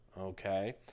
okay